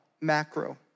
macro